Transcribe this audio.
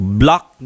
block